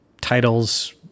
titles